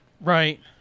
right